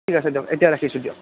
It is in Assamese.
ঠিক আছে দিয়ক এতিয়া ৰাখিছোঁ দিয়ক